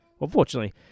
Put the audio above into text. Unfortunately